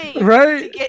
right